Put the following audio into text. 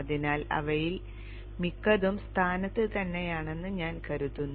അതിനാൽ അവയിൽ മിക്കതും സ്ഥാനത്ത് തന്നെയാണെന്ന് ഞാൻ കരുതുന്നു